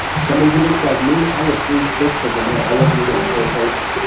someone who looks like me i was three-fifths of a man. i wasn't even a whole person.